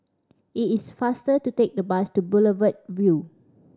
it is faster to take the bus to Boulevard Vue